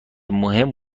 مهم